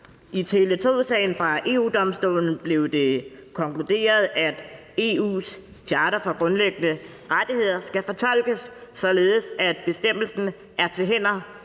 I Tele2-sagen fra EU-Domstolen blev det konkluderet, at EU's charter for grundlæggende rettigheder skal fortolkes således, at bestemmelsen er til hinder